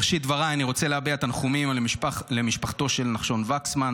בראשית דבריי אני רוצה להביע תנחומים למשפחתו של נחשון וקסמן.